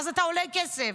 אז אתה עולה כסף.